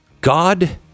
God